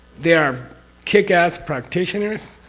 they are kick-ass practitioners,